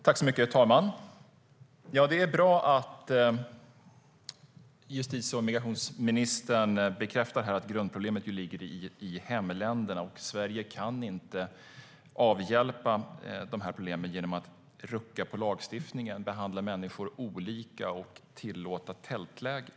Herr talman! Det är bra att justitie och migrationsministern bekräftar här att grundproblemet ligger i hemländerna och att Sverige inte kan avhjälpa de här problemen genom att rucka på lagstiftningen, behandla människor olika och tillåta tältläger.